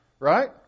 Right